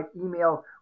email